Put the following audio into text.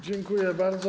Dziękuję bardzo.